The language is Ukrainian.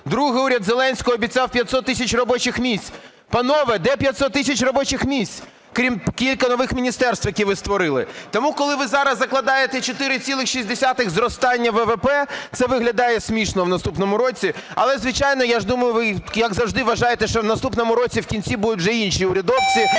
Другий уряд Зеленського обіцяв 500 тисяч робочих місць. Панове, де 500 тисяч робочих місць, крім кілька нових міністерств, які ви створили? Тому коли ви зараз закладаєте 4,6 зростання ВВП, це виглядає смішно в наступному році. Але, звичайно, я думаю, ви, як завжди, вважаєте, що в наступному році в кінці будуть вже інші урядовці,